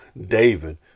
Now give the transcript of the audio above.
david